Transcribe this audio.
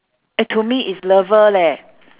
eh to me is lover leh